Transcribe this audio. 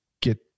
get